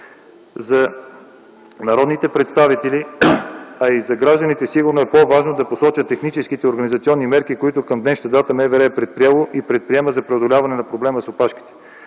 За народните представители, а и за гражданите сигурно е по-важно да посоча техническите и организационни мерки, които към днешна дата МВР е предприело и предприема за преодоляване на проблема с опашките.